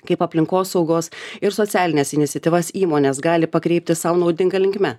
kaip aplinkosaugos ir socialines iniciatyvas įmonės gali pakreipti sau naudinga linkme